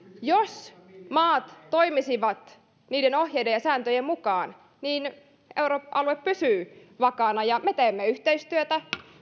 jos maat toimisivat niiden ohjeiden ja sääntöjen mukaan euroalue pysyy vakaana me teemme yhteistyötä